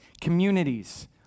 communities